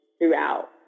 throughout